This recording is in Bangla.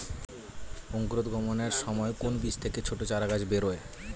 অঙ্কুরোদ্গমের সময় কোন বীজ থেকে ছোট চারাগাছ বেরোয়